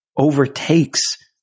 overtakes